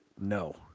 No